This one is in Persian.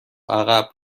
عقب